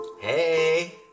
Hey